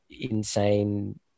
insane